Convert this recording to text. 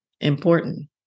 important